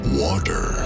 water